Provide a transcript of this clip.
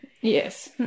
Yes